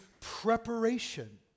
preparation